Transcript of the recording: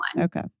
Okay